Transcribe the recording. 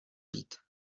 být